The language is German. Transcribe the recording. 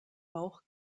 bauch